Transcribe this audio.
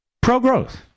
Pro-growth